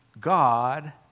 God